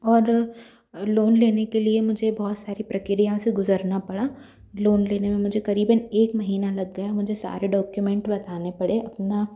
और लोन लेने के लिए मुझे बहुत सारी प्रक्रिया से गुज़रना पड़ा लोन लेने में मुझे क़रीबन एक महीना लग गया मुझे सारे डॉक्यूमेंट बताने पड़े अपनी